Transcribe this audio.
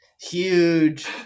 huge